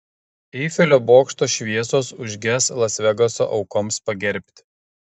eifelio bokšto šviesos užges las vegaso aukoms pagerbti